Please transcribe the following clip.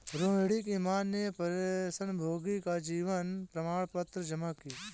रोहिणी की माँ ने पेंशनभोगी का जीवन प्रमाण पत्र जमा की